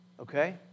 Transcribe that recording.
okay